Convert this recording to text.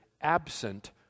absent